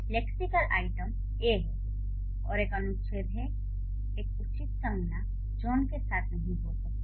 lexical item "A" है जो एक अनुच्छेद है एक उचित संज्ञा "जॉन" के साथ नहीं हो सकती